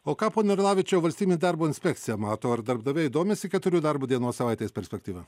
o ką pone orlavičiau valstybinė darbo inspekcija mato ar darbdaviai domisi keturių darbo dienos savaitės perspektyva